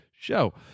show